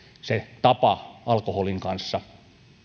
se tapa alkoholin kanssa